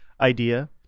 idea